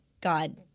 God